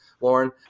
Lauren